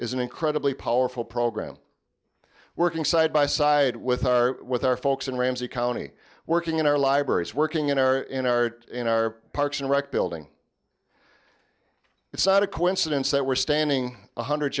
an incredibly powerful program working side by side with our with our folks in ramsey county working in our libraries working in our in our in our parks and rec building it's not a coincidence that we're standing one hundred